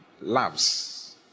loves